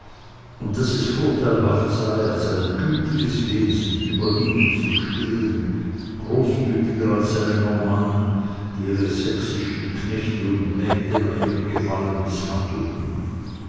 und daß es vorteilhaft sei als ein gütiges wesen über ihnen zu stehen großmütiger als seine normannen die ihre sächsischen knechte und mägde nach ihrem gefallen mißhandelten